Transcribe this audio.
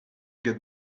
get